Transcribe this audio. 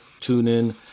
TuneIn